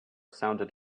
sounded